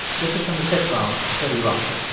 this is from the sitcom thirty rock.